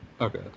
Okay